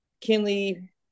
Kinley